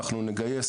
אנחנו נגייס